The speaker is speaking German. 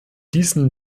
diesen